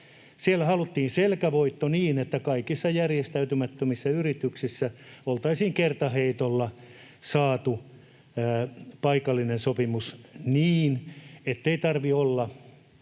Siellä haluttiin selkävoitto niin, että kaikissa järjestäytymättömissä yrityksissä oltaisiin kertaheitolla saatu paikallinen sopimus niin, ettei tarvitse olla